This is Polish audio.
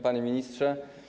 Panie Ministrze!